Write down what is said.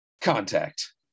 Contact